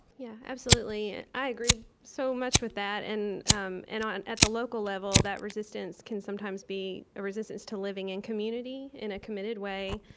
yeah, absolutely. i agree so much with that. and um and and at the local level, that resistance can sometimes be a resistance to living in community in a committed way,